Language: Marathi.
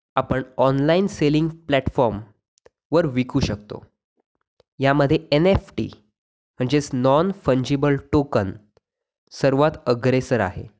आपण ऑनलाईन सेलिंग प्लॅटफॉर्मवर विकू शकतो यामध्ये एन एफ टी म्हणजेस नॉन फंजिबल टोकन सर्वांत अग्रेसर आहेत